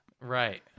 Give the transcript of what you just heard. Right